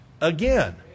again